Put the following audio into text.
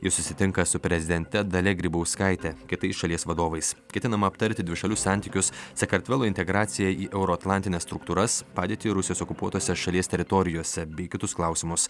ji susitinka su prezidente dalia grybauskaitė kitais šalies vadovais ketinama aptarti dvišalius santykius sakartvelo integracija į euroatlantines struktūras padėtį rusijos okupuotose šalies teritorijose bei kitus klausimus